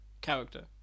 character